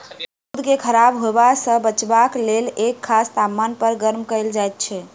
दूध के खराब होयबा सॅ बचयबाक लेल एक खास तापमान पर गर्म कयल जाइत छै